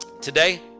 Today